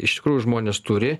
iš tikrųjų žmonės turi